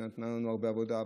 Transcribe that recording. שנתנה לנו הרבה עבודה,